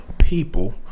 people